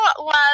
love